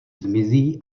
zmizí